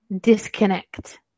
disconnect